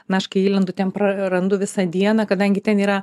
na aš kai įlendu ten prarandu visą dieną kadangi ten yra